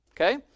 Okay